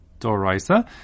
doraisa